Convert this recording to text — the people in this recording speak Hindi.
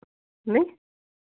नहीं